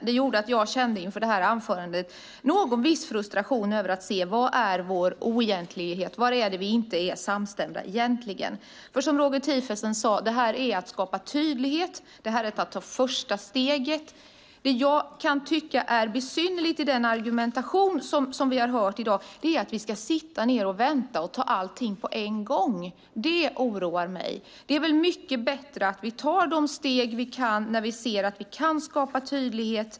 Det gjorde att jag kände en viss frustration inför det här anförandet när det gäller att se var vår oenighet ligger. Var är det vi inte är samstämda? Som Roger Tiefensee sade, handlar det om att skapa tydlighet. Detta är att ta första steget. Det jag tycker är besynnerligt i den argumentation som vi har hört i dag är att vi ska sitta ned och vänta och ta allting på en gång. Det oroar mig. Det är mycket bättre att vi tar de steg vi kan när vi ser att vi kan skapa tydlighet.